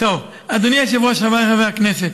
אדוני היושב-ראש, חבריי חברי הכנסת,